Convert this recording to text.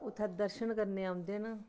उत्थै दर्शन करने गी औंदे न